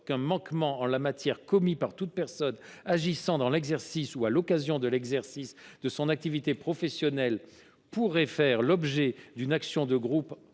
qu’un manquement est commis par toute personne agissant dans l’exercice ou à l’occasion de l’exercice de son activité professionnelle, il pourrait faire l’objet d’une action de groupe,